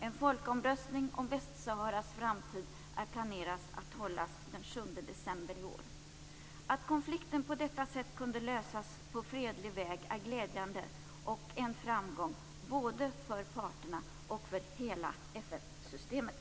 En folkomröstning om Västsaharas framtid är planerad att hållas den 7 december i år. Att konflikten på detta sätt kunde lösas på fredlig väg är glädjande och en framgång både för parterna och för hela FN-systemet.